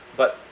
but